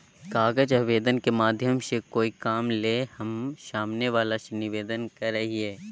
कागज आवेदन के माध्यम से कोय काम ले हम सामने वला से निवेदन करय हियय